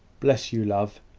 bless you, love,